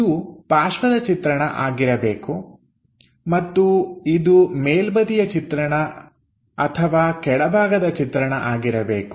ಇದು ಪಾರ್ಶ್ವದ ಚಿತ್ರಣ ಆಗಿರಬೇಕು ಮತ್ತು ಇದು ಮೇಲ್ಬದಿಯ ಅಥವಾ ಕೆಳಭಾಗದ ಚಿತ್ರಣ ಆಗಿರಬೇಕು